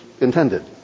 intended